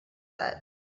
set